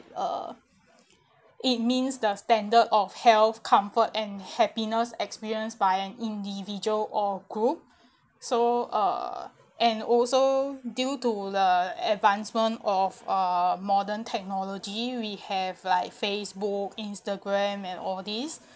uh it means the standard of health comfort and happiness experienced by an individual or group so uh and also due to the advancement of uh modern technology we have like facebook instagram and all this